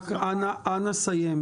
רק אנא סיים.